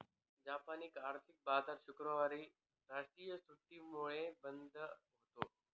जापानी आर्थिक बाजार शुक्रवारी राष्ट्रीय सुट्टीमुळे बंद होता